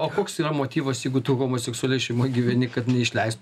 o koks yra motyvas jeigu tu homoseksualioj šeimoj gyveni kad neišleist